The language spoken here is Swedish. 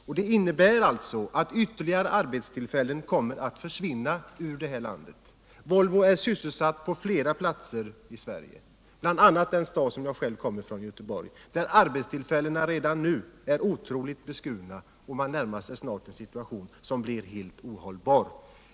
Följden blir alltså att ännu fler arbetstillfällen kommer att försvinna från det här landet. Volvo har tillverkning på flera platser i Sverige, bl.a. i den stad varifrån jag själv kommer, nämligen Göteborg, där det redan är otroligt svårt när det gäller arbetstillfällen. Snart närmar man sig en helt ohållbar situation.